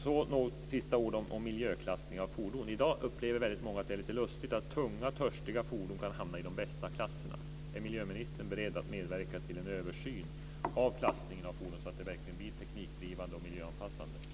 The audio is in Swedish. Så till frågan om miljöklassning av fordon. I dag upplever många att det är litet lustigt att tunga törstiga fordon kan hamna i de bästa klasserna. Är miljöministern beredd att medverka till en översyn av klassningen av fordon så att den verkligen blir teknikdrivande och miljöanpassande?